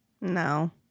No